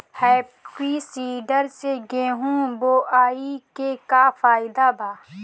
Happy seeder से गेहूं बोआई के का फायदा बा?